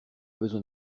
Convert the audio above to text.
besoin